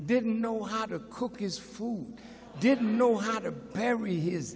didn't know how to cook his food didn't know how to bury his